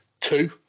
two